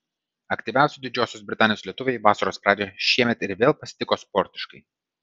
aktyviausi didžiosios britanijos lietuviai vasaros pradžią šiemet ir vėl pasitiko sportiškai